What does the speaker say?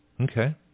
Okay